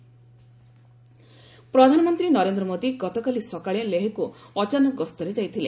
PM ପ୍ରଧାନମନ୍ତ୍ରୀ ନରେନ୍ଦ୍ର ମୋଦି ଗତକାଲି ସକାଳେ ଲେହକୁ ଅଚାନକ ଗସ୍ତରେ ଯାଇଥିଲେ